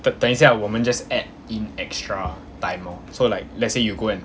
等等一下我们 just add in extra time lor so like let's say you go and